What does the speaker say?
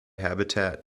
habitat